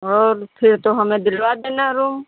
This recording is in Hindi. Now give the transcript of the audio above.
और फिर तो हमें दिलवा देना रूम